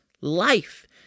Life